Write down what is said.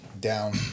down